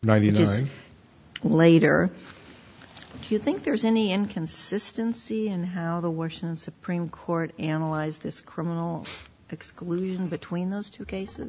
ninety nine later do you think there's any inconsistency in the washington supreme court analyzed this chromo exclusion between those two cases